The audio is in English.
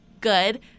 good